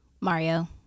mario